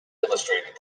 illustrated